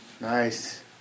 Nice